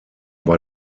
war